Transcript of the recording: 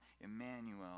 Emmanuel